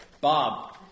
Bob